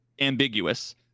ambiguous